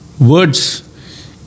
Words